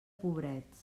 pobrets